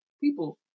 people